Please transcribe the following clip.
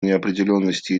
неопределенности